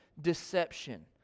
deception